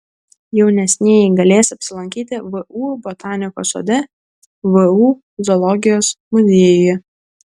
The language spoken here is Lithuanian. jaunesnieji galės apsilankyti vu botanikos sode vu zoologijos muziejuje